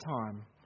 time